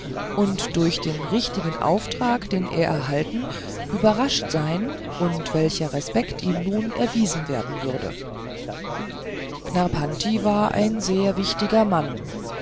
und durch den wichtigen auftrag den er erhalten überrascht sein und welcher respekt ihm nun erwiesen werden würde knarrpanti war ein sehr wichtiger mann